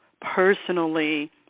personally